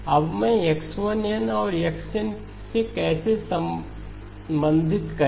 अब मैं X1 n और x n से कैसे संबंधित करें